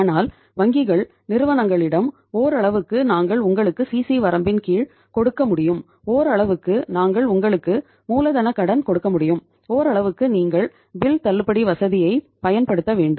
ஆனால் வங்கிகள் நிறுவனங்களிடம் ஓரளவுக்கு நாங்கள் உங்களுக்கு சிசி தள்ளுபடி வசதியைப் பயன்படுத்த வேண்டும்